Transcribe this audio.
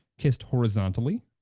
kissed horizontally?